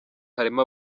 harimo